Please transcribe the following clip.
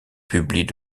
publient